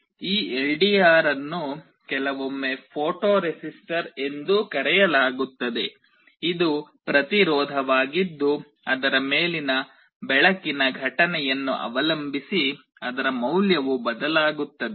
ಈ ಎಲ್ಡಿಆರ್ ಅನ್ನು ಕೆಲವೊಮ್ಮೆ ಫೋಟೋ ರೆಸಿಸ್ಟರ್ ಎಂದೂ ಕರೆಯಲಾಗುತ್ತದೆ ಇದು ಪ್ರತಿರೋಧವಾಗಿದ್ದು ಅದರ ಮೇಲಿನ ಬೆಳಕಿನ ಘಟನೆಯನ್ನು ಅವಲಂಬಿಸಿ ಅದರ ಮೌಲ್ಯವು ಬದಲಾಗುತ್ತದೆ